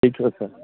ٹھیٖک چھُ حظ سَر